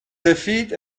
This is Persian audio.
سفید